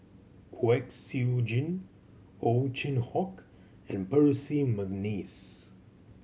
Kwek Siew Jin Ow Chin Hock and Percy McNeice